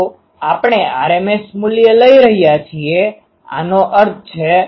તો આપણે rms મૂલ્ય લઈ રહ્યા છીએ આનો અર્થ છે